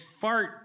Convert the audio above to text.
fart